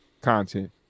content